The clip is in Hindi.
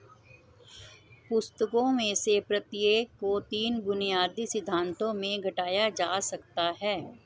पुस्तकों में से प्रत्येक को तीन बुनियादी सिद्धांतों में घटाया जा सकता है